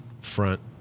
front